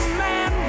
man